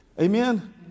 Amen